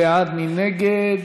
41 בעד, אין מתנגדים,